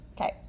Okay